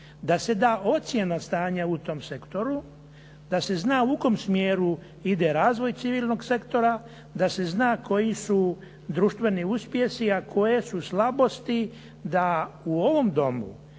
da se da ocjena stanja u tom sektoru, da se zna u kom smjeru ide razvoj civilnog sektora, da se zna koji su društveni uspjesi, a koje su slabosti da u ovom Domu